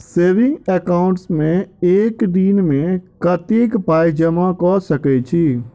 Saving account मे एक दिनमे कतेक पाई जमा कऽ सकैत छी?